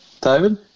David